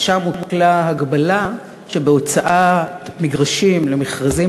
ושם הוטלה הגבלה שבהוצאת מגרשים למכרזים